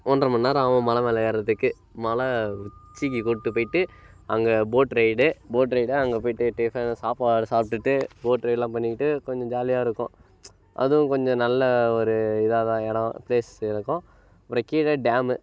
ஒன்றரை மணி நேரம் ஆகும் மலை மேல் ஏறுகிறதுக்கு மலை உச்சிக்கு கூப்பிட்டு போய்விட்டு அங்கே போட் ரைய்டு போட் ரைய்டு அங்கே போய்விட்டு டிஃபனு சாப்பாடு சாப்பிட்டுட்டு போட் ரைய்டெலாம் பண்ணிவிட்டு கொஞ்சம் ஜாலியாக இருக்கும் அதுவும் கொஞ்சம் நல்ல ஒரு இதாகதான் இடம் ப்ளேஸ் இருக்கும் அப்புறம் கீழே டேமு